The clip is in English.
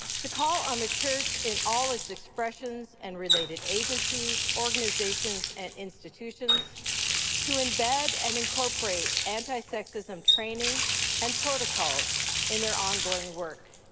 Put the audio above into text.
to call on the church in all its expressions and related agencies, organizations, and institutions to embed and incorporate anti-sexism training and protocols in their ongoing work,